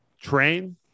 train